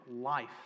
life